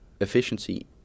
efficiency